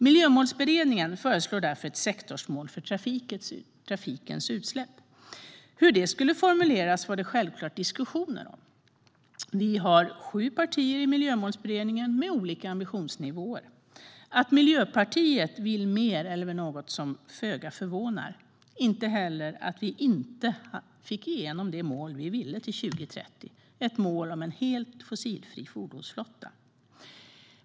Miljömålsberedningen föreslår därför ett sektorsmål för trafikens utsläpp. Hur det skulle formuleras var det självklart diskussioner om. Vi har sju partier i Miljömålsberedningen som har olika ambitionsnivåer. Att Miljöpartiet vill mer är väl något som föga förvånar. Det förvånar väl inte heller att vi inte fick igenom det mål vi ville ha till 2030 - en helt fossilfri fordonsflotta.